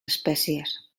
espècies